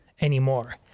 anymore